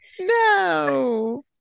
No